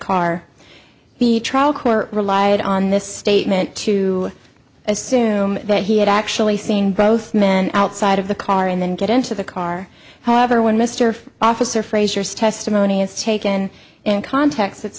car the trial court relied on this statement to assume that he had actually seen both men outside of the car and then get into the car however when mr officer frazier's testimony is taken in context it's